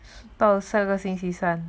到下个星期三